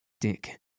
Dick